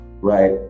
right